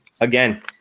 Again